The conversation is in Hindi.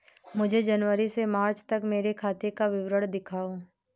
मुझे जनवरी से मार्च तक मेरे खाते का विवरण दिखाओ?